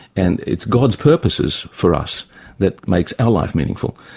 and it's god's purposes for us that makes our life meaningful,